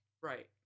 Right